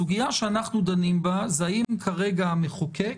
הסוגיה שאנחנו דנים בה היא האם כרגע המחוקק